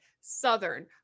Southern